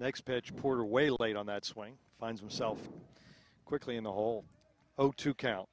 next pitch porter way late on that swing finds himself quickly in the hole to count